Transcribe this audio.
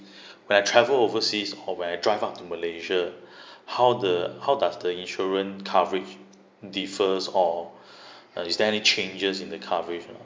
when I travel overseas or where I drive out to malaysia how the how does the insurance coverage differs or is there any changes in the coverage or not